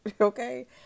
okay